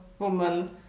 Woman